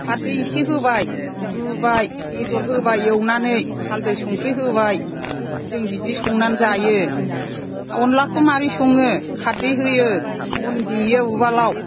खारदै एसे होबाय रुबाय बेदर होबाय एवनानै हाल्दै संख्रि होबाय जों बिदि संनानै जायो अनलाखौ माबोरै सङो खारदै होयो अन देयो उवालआव